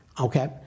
okay